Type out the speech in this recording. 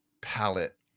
palette